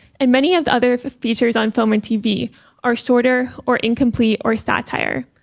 and many of the other features on film and tv are shorter or incomplete or satire.